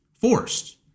forced